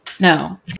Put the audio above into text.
No